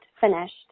finished